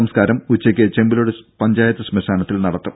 സംസ്കാരം ഉച്ചയ്ക്ക് ചെമ്പിലോട് പഞ്ചായത്ത് ശ്മശാനത്തിൽ നടത്തും